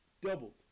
Doubled